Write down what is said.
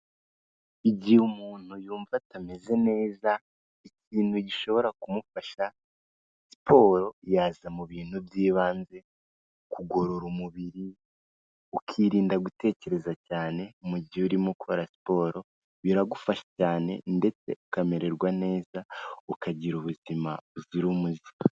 Igihe umuntu yumva atameze neza ikintu gishobora kumufasha siporo yaza mu bintu by'ibanze, kugorora umubiri ukirinda gutekereza cyane mu gihe urimo ukora siporo biragufasha cyane ndetse ukamererwa neza ukagira ubuzima buzira umuze.